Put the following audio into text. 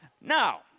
Now